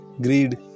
greed